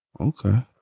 Okay